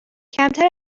کمتر